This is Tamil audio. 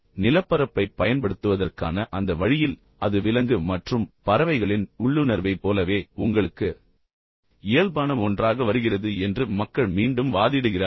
எனவே நிலப்பரப்பைப் பயன்படுத்துவதற்கான அந்த வழியில் அது விலங்கு மற்றும் பறவைகளின் உள்ளுணர்வைப் போலவே உங்களுக்கு இயல்பான ஒன்றாக வருகிறது என்று மக்கள் மீண்டும் வாதிடுகிறார்கள்